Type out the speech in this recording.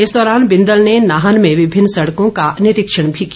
इस दौरान बिंदल ने नाहन में विभिन्न सडकों का निरीक्षण भी किया